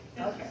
Okay